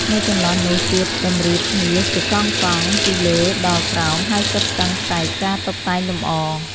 នៅចន្លោះនោះទៀតតម្រៀបគ្នាជាកង់ៗពីលើដល់ក្រោម ហើយសុទ្ធសឹងតែការតុបតែងលម្អ។